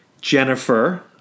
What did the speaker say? Jennifer